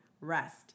Rest